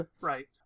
Right